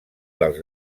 dels